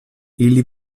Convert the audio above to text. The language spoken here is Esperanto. ili